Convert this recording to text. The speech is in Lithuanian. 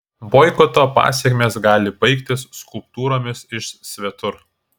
boikoto pasekmės gali baigtis skulptūromis iš svetur